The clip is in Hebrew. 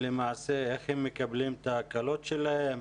איך הם מקבלים את ההקלות שלהם?